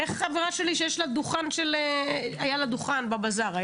חברה שלי שהיה לה דוכן בבזאר,